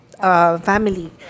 family